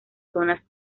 zonas